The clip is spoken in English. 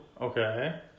Okay